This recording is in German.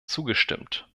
zugestimmt